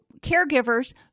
caregivers